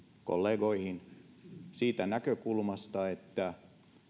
kollegoihin siitä näkökulmasta että